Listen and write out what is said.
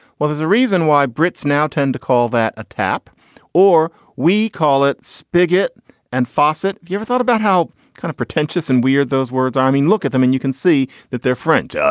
well, there's a reason why brits now tend to call that a tap or we call it spigot and fosset if you ever thought about how kind of pretentious and weird those words, i mean, look at them and you can see that they're french.